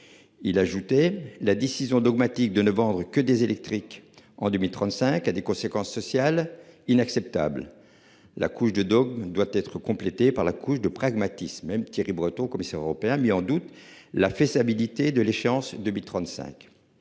Il a ajouté la décision dogmatique de ne vendre que des électrique en 2035 a des conséquences sociales inacceptable la couche de doit être complétée par la couche de pragmatisme même Thierry Breton, commissaire européen mis en doute la faisabilité de l'échéance 2035.